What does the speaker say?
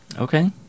Okay